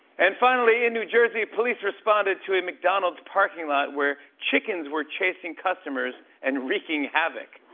and finally, in new jersey, police responded to a mcdonald's parking lot, where chickens were chasing customers and wreaking havoc.